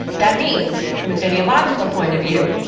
that means, from a genealogical point of view,